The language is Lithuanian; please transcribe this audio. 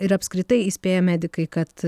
ir apskritai įspėja medikai kad